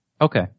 Okay